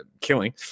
killing